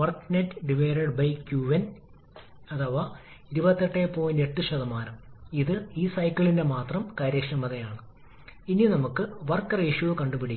വേർതിരിച്ചറിയാനും രണ്ടാമത്തെ ഡെറിവേറ്റീവ് പുട്ടിംഗിന്റെ അടയാളം പരിശോധിക്കാനും കഴിയും ഇത് സാധ്യമായ ഏറ്റവും കുറഞ്ഞ വർക്ക് ഇൻപുട്ട് ആവശ്യകതയെ പ്രതിനിധീകരിക്കുന്നുവെന്ന് നിങ്ങൾക്ക് സ്ഥിരീകരിക്കാൻ കഴിയും